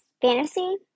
fantasy